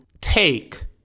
take